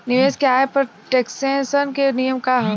निवेश के आय पर टेक्सेशन के नियम का ह?